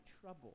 trouble